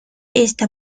esta